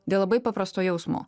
dėl labai paprasto jausmo